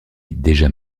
déjà